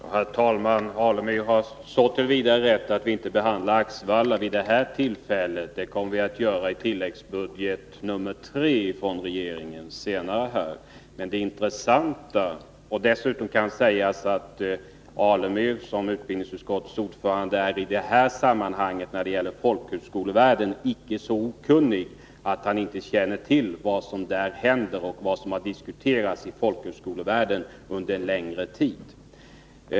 Herr talman! Stig Alemyr har rätt så till vida att vi inte behandlar Axevalla vid denna tidpunkt. Det kommer vi att göra när vi senare diskuterar tilläggsbudget 3 från regeringen. Dessutom kan sägas att utbildningsutskot tets ordförande Stig Alemyr i detta sammanhang, när det gäller folkhögskolevärden, icke är så okunnig att han inte känner till vad som där händer och vad som där har diskuterats under en längre tid.